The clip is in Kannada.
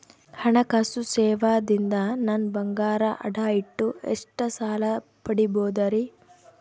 ಹಣಕಾಸು ಸೇವಾ ದಿಂದ ನನ್ ಬಂಗಾರ ಅಡಾ ಇಟ್ಟು ಎಷ್ಟ ಸಾಲ ಪಡಿಬೋದರಿ?